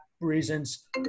reasons